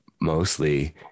mostly